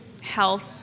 health